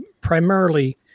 primarily